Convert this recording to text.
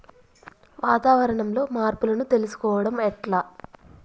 వాతావరణంలో మార్పులను తెలుసుకోవడం ఎట్ల?